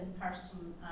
person